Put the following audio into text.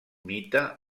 mite